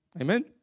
amen